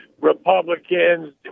Republicans